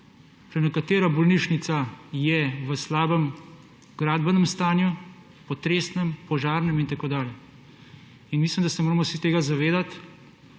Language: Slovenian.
prenekatera bolnišnica je v slabem gradbenem stanju, potresnem, požarnem in tako dalje. Mislim, da se moramo vsi tega zavedati,